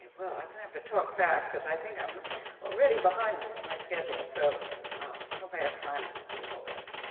well, i'm gonna have to talk fast, because i think i'm already behind in my schedule. so i ah hope i have time to do all this.